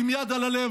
כי עם יד על הלב,